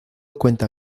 cuenta